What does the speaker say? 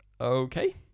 okay